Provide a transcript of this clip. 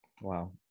Wow